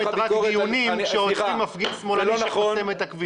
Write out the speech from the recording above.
רק דיונים כשעוצרים מפגין שמאלני שחוסם את הכביש.